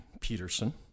Peterson